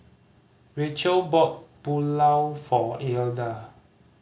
Rachael bought Pulao for Ilda